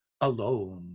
alone